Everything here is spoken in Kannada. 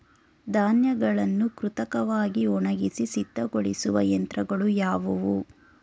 ಧಾನ್ಯಗಳನ್ನು ಕೃತಕವಾಗಿ ಒಣಗಿಸಿ ಸಿದ್ದಗೊಳಿಸುವ ಯಂತ್ರಗಳು ಯಾವುವು?